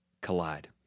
collide